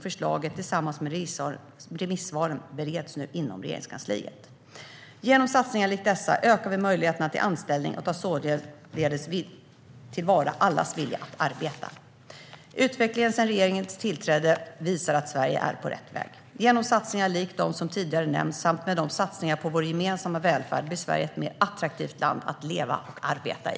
Förslaget tillsammans med remissvaren bereds nu inom Regeringskansliet. Genom satsningar likt dessa ökar vi möjligheterna till anställning och tar således vara på allas vilja att arbeta. Utvecklingen sedan regeringens tillträde visar att Sverige är på rätt väg. Genom satsningar likt dem som tidigare nämnts samt med satsningar på vår gemensamma välfärd blir Sverige ett mer attraktivt land att leva och arbeta i.